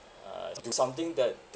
uh do something that